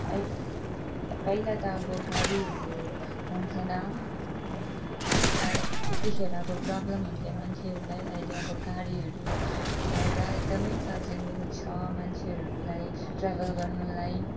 आहि त पहिला त आब गाडीहरू हुन्थेन बट अहि त्यतिखेर अब प्रब्लम हुन्थ्यो मान्छेहरूलाई अहिले अब गाडीहरू भएर एकदमै सजिलो छ मान्छेहरूलाई ट्राभल गर्नलाई